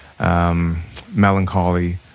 Melancholy